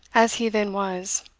as he then was,